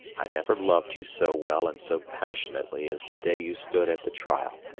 i never loved you so well and so passionately as the day you stood at the trial,